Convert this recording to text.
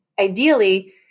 ideally